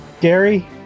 Gary